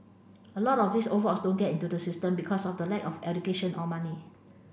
a lot of these old folks don't get into the system because of the lack of education or money